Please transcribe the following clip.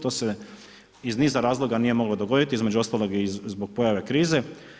To se iz niza razloga nije moglo dogoditi, između ostalo i zbog pojave krize.